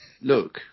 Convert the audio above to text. look